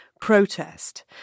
protest